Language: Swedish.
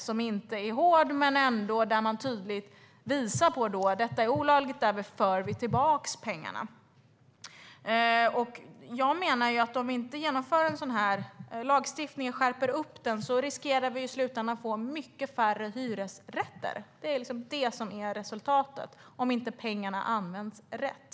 Den är inte hård men visar tydligt att det är olagligt och därför förs pengarna tillbaka. Om vi inte skärper lagstiftningen riskerar vi i slutänden att få mycket färre hyresrätter. Det blir resultatet om inte pengarna används rätt.